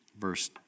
verse